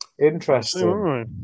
Interesting